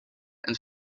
and